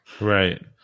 Right